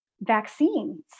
vaccines